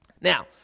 Now